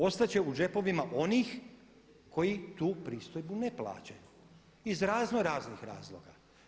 Ostat će u džepovima onih koji tu pristojbu ne plaćaju iz razno raznih razloga.